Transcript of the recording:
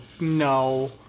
no